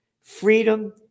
Freedom